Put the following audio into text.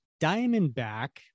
Diamondback